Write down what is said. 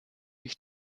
mich